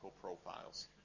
profiles